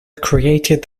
created